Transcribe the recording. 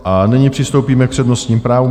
A nyní přistoupíme k přednostním právům.